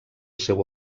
seu